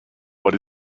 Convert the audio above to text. what